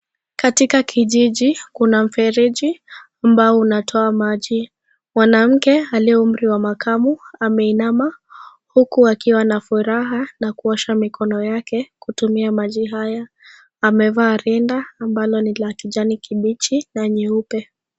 Katika kijiji kuna mfereji ambao unatoa maji. Mwanamke aliye umri wa makamu ameinama huku akiwa na furaha na kuosha mikono yake kutumia maji haya. Amevaa rinda ambalo ni la rangi ya kijani kibichi na nyeupe.